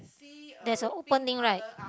there's a opening right